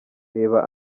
reba